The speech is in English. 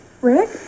Rick